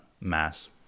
Mass